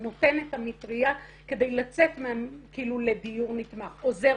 הוא נותן את המטריה כדי לצאת לדיור נתמך עוזר